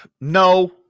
No